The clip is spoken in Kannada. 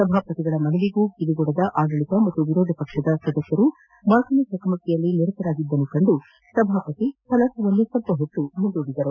ಸಭಾಪತಿ ಅವರ ಮನವಿಗೂ ಕಿವಿಗೊಡದ ಆಡಳಿತ ಮತ್ತು ವಿರೋಧ ಪಕ್ಷದ ಸದಸ್ವರು ಮಾತಿನ ಚಕಮಕಿಯಲ್ಲಿ ನಿರತರಾಗಿದ್ದನ್ನು ಕಂಡು ಸಭಾಪತಿ ಕಲಾಪವನ್ನು ಸ್ವಲ್ಪ ಹೊತ್ತು ಮುಂದೂಡಿದರು